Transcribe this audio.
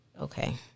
Okay